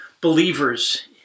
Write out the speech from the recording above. believers